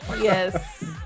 Yes